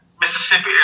Mississippi